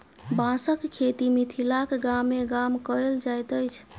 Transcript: बाँसक खेती मिथिलाक गामे गाम कयल जाइत अछि